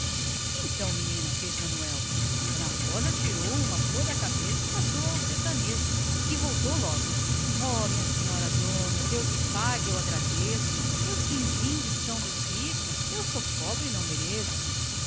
então menina repreendeu manuel em voz baixa ana rosa tirou um bogari da cabeça e passou o ao trovador que versejou logo ó minha senhora dona deus lhe pague eu agradeço seus quindingues são dos ricos eu sou pobre e não mereço